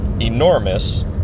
enormous